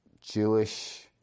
Jewish